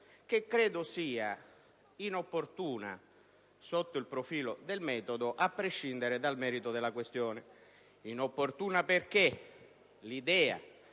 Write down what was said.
che credo sia inopportuna sotto il profilo del metodo, a prescindere dal merito della questione. Infatti, l'idea